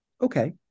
Okay